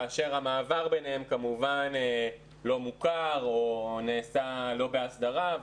כאשר המעבר ביניהם כמובן לא מוכר או נעשה בהסדרה.